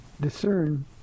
discern